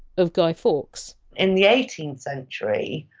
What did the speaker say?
of guy fawkes in the eighteenth century,